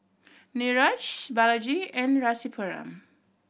Niraj Balaji and Rasipuram